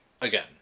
again